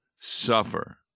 suffer